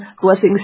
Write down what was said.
blessings